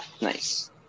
Nice